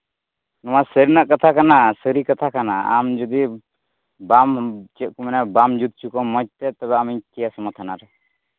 ᱱᱚᱣᱟ ᱥᱟᱹᱨᱤᱱᱟᱜ ᱠᱟᱛᱷᱟ ᱠᱟᱱᱟ ᱥᱟᱹᱨᱤ ᱠᱟᱛᱷᱟ ᱠᱟᱱᱟ ᱟᱢ ᱡᱩᱫᱤ ᱵᱟᱢ ᱪᱮᱫ ᱠᱚ ᱢᱮᱱᱟ ᱵᱟᱢ ᱡᱩᱛ ᱦᱚᱪᱚ ᱠᱚᱣᱟ ᱢᱚᱡᱽ ᱛᱮ ᱛᱚᱵᱮ ᱟᱹᱢᱤᱧ ᱠᱮᱹᱥᱟᱢᱟ ᱛᱷᱟᱱᱟ ᱨᱮ